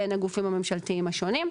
בין הגופים הממשלתיים השונים.